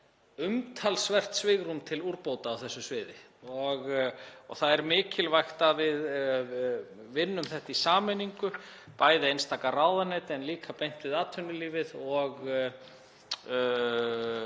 umtalsvert svigrúm til úrbóta á þessu sviði og það er mikilvægt að við vinnum þetta í sameiningu, bæði einstaka ráðuneyti en líka beint við atvinnulífið og